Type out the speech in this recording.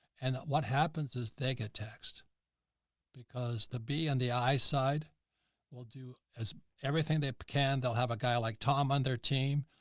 and what happens is they get taxed because the b and the i side will do as everything. they can, they'll have a guy like tom on their team.